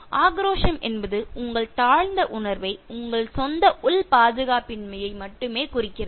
ஆக்ரோஷம் என்பது உங்கள் தாழ்ந்த உணர்வை உங்கள் சொந்த உள் பாதுகாப்பின்மையை மட்டுமே குறிக்கிறது